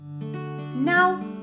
Now